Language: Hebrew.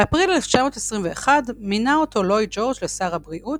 באפריל 1921 מינה אותו לויד ג'ורג' לשר הבריאות,